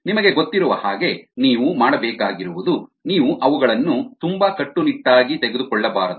ನಿಮಗೆ ಗೊತ್ತಿರುವ ಹಾಗೆ ನೀವು ಮಾಡಬೇಕಾಗಿರುವುದು ನೀವು ಅವುಗಳನ್ನು ತುಂಬಾ ಕಟ್ಟುನಿಟ್ಟಾಗಿ ತೆಗೆದುಕೊಳ್ಳಬಾರದು